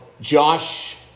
Josh